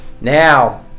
Now